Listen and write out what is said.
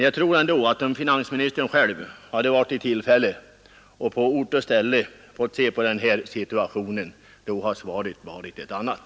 Jag tror att om finansministern själv hade varit i tillfälle att på ort och ställe se på situationen hade svaret varit ett annat.